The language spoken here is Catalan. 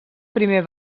primer